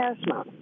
asthma